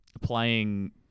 playing